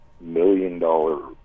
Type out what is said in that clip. million-dollar